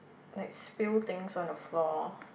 like spill things on the floor